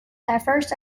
differs